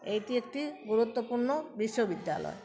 এইটি একটি গুরুত্বপূর্ণ বিশ্ববিদ্যালয়